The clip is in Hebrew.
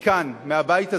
מכאן, מהבית הזה,